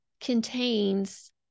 contains